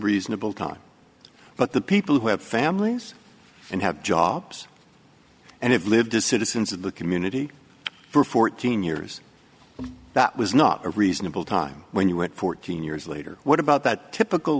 reasonable time but the people who have families and have jobs and it live to citizens of the community for fourteen years that was not a reasonable time when you went fourteen years later what about that typical